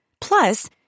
Plus